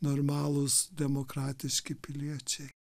normalūs demokratiški piliečiai